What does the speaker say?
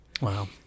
Wow